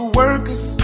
workers